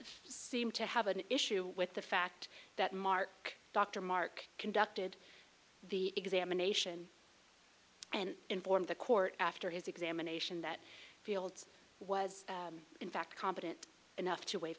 seem to have an issue with the fact that mark dr mark conducted the examination and informed the court after his examination that fields was in fact competent enough to waive